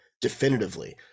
definitively